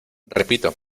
repito